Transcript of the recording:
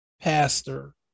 pastor